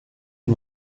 est